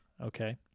Okay